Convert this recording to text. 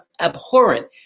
abhorrent